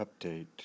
update